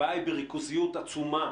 הבעיה היא בריכוזיות עצומה